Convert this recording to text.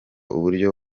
uburyo